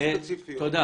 לא ספציפיות,